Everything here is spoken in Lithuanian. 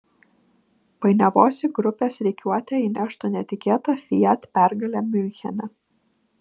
painiavos į grupės rikiuotę įneštų netikėta fiat pergalė miunchene